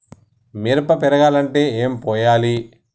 మిరప పెరగాలంటే ఏం పోయాలి?